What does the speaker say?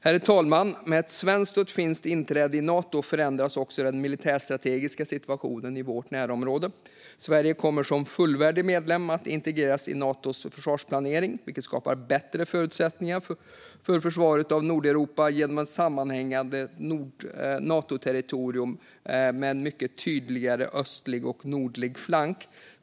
Herr talman! Med svenskt och finskt inträde i Nato förändras också den militärstrategiska situationen i vårt närområde. Sverige kommer som fullvärdig medlem att integreras i Natos försvarsplanering. Det skapar bättre förutsättningar för försvaret av Nordeuropa genom ett sammanhängande Natoterritorium med en mycket tydligare östlig och nordlig flank.